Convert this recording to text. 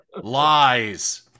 Lies